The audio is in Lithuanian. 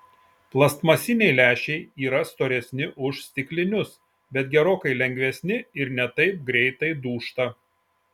plastmasiniai lęšiai yra storesni už stiklinius bet gerokai lengvesni ir ne taip greitai dūžta